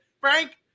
Frank